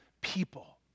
people